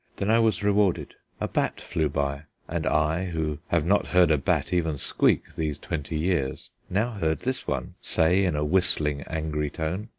then i was rewarded a bat flew by, and i, who have not heard a bat even squeak these twenty years, now heard this one say in a whistling angry tone,